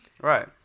Right